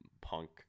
punk